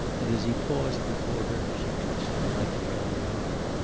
and as he paused before her she touched him lightly on the arm.